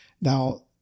now